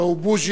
הלוא הוא בוז'י.